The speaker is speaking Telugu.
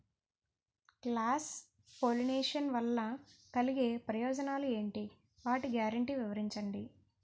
క్రాస్ పోలినేషన్ వలన కలిగే ప్రయోజనాలు ఎంటి? వాటి గ్యారంటీ వివరించండి?